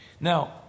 Now